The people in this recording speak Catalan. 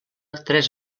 tres